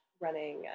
Running